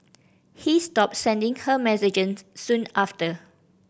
he stopped sending her messages soon after